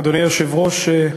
אדוני היושב-ראש,